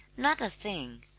not a thing,